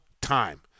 time